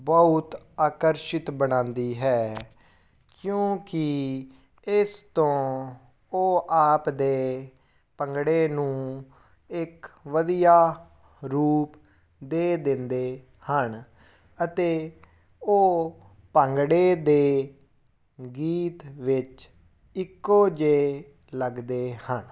ਬਹੁਤ ਆਕਰਸ਼ਿਤ ਬਣਾਉਂਦੀ ਹੈ ਕਿਉਂਕਿ ਇਸ ਤੋਂ ਉਹ ਆਪਦੇ ਭੰਗੜੇ ਨੂੰ ਇੱਕ ਵਧੀਆ ਰੂਪ ਦੇ ਦਿੰਦੇ ਹਨ ਅਤੇ ਉਹ ਭੰਗੜੇ ਦੇ ਗੀਤ ਵਿੱਚ ਇੱਕੋ ਜਿਹੇ ਲੱਗਦੇ ਹਨ